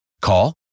Call